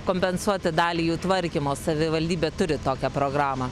kompensuoti dalį jų tvarkymo savivaldybė turi tokią programą